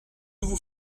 vous